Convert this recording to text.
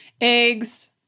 Eggs